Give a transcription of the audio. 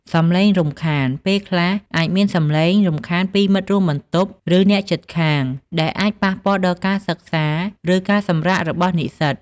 សំឡេងរំខាន ពេលខ្លះអាចមានសំឡេងរំខានពីមិត្តរួមបន្ទប់ ឬអ្នកជិតខាង ដែលអាចប៉ះពាល់ដល់ការសិក្សា ឬការសម្រាករបស់និស្សិត។